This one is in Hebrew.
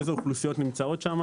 איזה אוכלוסיות נמצאות שם